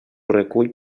recull